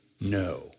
no